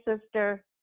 Sister